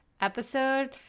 episode